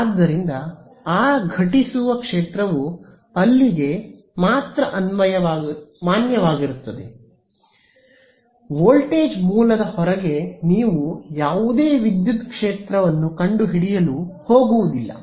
ಆದ್ದರಿಂದ ಆ ಘಟಿಸುವ ಕ್ಷೇತ್ರವು ಅಲ್ಲಿಗೆ ಮಾತ್ರ ಮಾನ್ಯವಾಗಿರುತ್ತದೆ ವೋಲ್ಟೇಜ್ ಮೂಲದ ಹೊರಗೆ ನೀವು ಯಾವುದೇ ವಿದ್ಯುತ್ ಕ್ಷೇತವನ್ನು ಕಂಡುಹಿಡಿಯಲು ಹೋಗುವುದಿಲ್ಲ